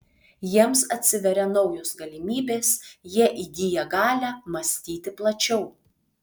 jiems atsiveria naujos galimybės jie įgyja galią mąstyti plačiau